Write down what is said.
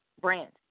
brand